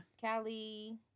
Callie